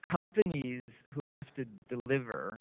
companies who have to deliver,